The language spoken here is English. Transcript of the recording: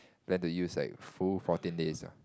like to use like full fourteen days ah